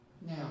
Now